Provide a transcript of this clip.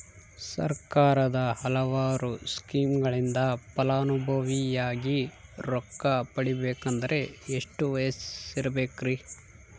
ಸರ್ಕಾರದ ಹಲವಾರು ಸ್ಕೇಮುಗಳಿಂದ ಫಲಾನುಭವಿಯಾಗಿ ರೊಕ್ಕ ಪಡಕೊಬೇಕಂದರೆ ಎಷ್ಟು ವಯಸ್ಸಿರಬೇಕ್ರಿ?